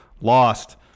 lost